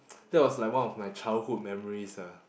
that's was like one of my childhood memories lah